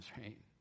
right